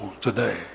today